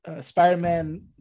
Spider-Man